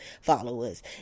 followers